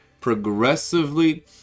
Progressively